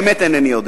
באמת אינני יודע.